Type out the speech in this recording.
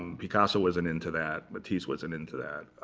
and picasso wasn't into that. matisse wasn't into that.